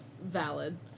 valid